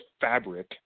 fabric